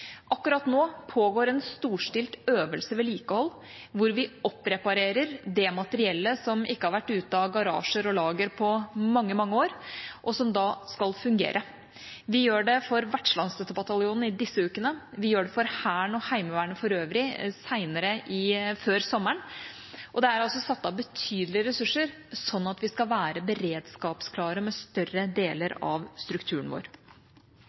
Akkurat nå pågår en storstilt Øvelse Vedlikehold, hvor vi oppreparerer det materiellet som ikke har vært ute av garasjer og lager på mange, mange år, og som da skal fungere. Vi gjør det for vertslandsstøttebataljonen i disse ukene, vi gjør det for Hæren og Heimevernet for øvrig senere, før sommeren. Det er satt av betydelige ressurser, sånn at vi skal være beredskapsklare med større deler av strukturen vår.